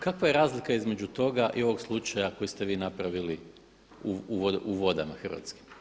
Kakva je razlika između toga i ovog slučaja koji ste vi napravili u vodama hrvatskim?